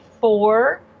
four